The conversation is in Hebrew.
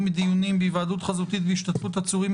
דיונים בהיוועדות חזותית בהשתתפות עצורים,